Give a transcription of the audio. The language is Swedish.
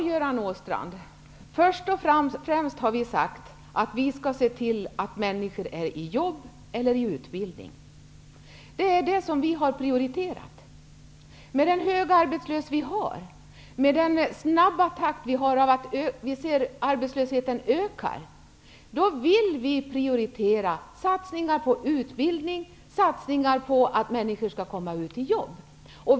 Herr talman! Först och främst har vi sagt att vi skall se till att människor har jobb eller är föremål för utbildning. Det är vad vi har prioriterat. Men nu när arbetslösheten är hög och den dessutom ökar i snabb takt vill vi prioritera satsningar på utbildning och på att människor får ett jobb.